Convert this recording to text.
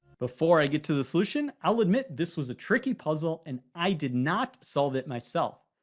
before i get to the solution, i'll admit this was a tricky puzzle and i did not solve it myself.